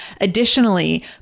Additionally